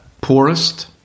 poorest